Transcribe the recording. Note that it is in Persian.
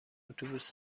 اتوبوس